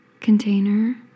container